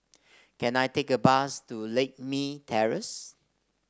can I take a bus to Lakme Terrace